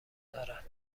دارد